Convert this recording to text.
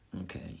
Okay